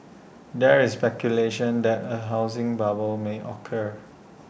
there is speculation that A housing bubble may occur